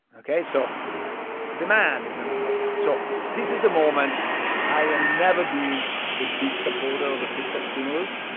ok, so demand is going to slow down. so this is the moment i am never been a big supporter of the fiscal stimulus.